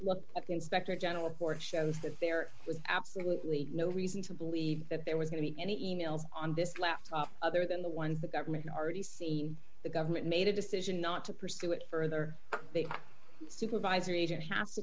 look at the inspector general report shows that there was absolutely no reason to believe that there was going to be any e mails on this laptop other than the ones the government already see the government made a decision not to pursue it further supervisory agent has to